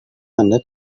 anda